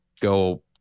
go